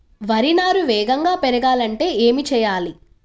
వరి నారు వేగంగా పెరగాలంటే ఏమి చెయ్యాలి?